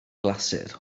glasur